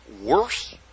worse